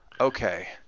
Okay